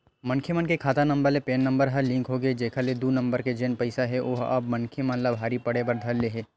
मनखे मन के खाता नंबर ले पेन नंबर ह लिंक होगे हे जेखर ले दू नंबर के जेन पइसा हे ओहा अब मनखे मन ला भारी पड़े बर धर ले हे